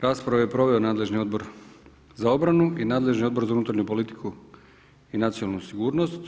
Raspravu je proveo nadležni Odbor za obranu i nadležni Odbor za unutarnju politiku i nacionalnu sigurnost.